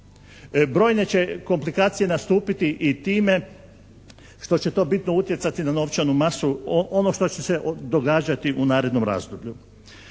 Brojne će komplikacije nastupiti i time što će to bitno utjecati na novčanu masu, ono što će se događati u narednom razdoblju.